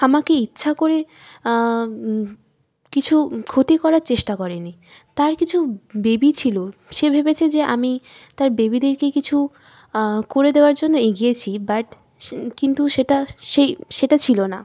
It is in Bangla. আমাকে ইচ্ছা করে কিছু ক্ষতি করার চেষ্টা করেনি তার কিছু বেবি ছিল সে ভেবেছে যে আমি তার বেবিদেরকে কিছু করে দেওয়ার জন্য এগিয়েছি বাট কিন্তু সেটা সেই সেটা ছিল না